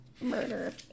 murder